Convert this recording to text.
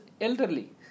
elderly